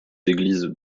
églises